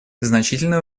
значительной